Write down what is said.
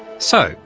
so,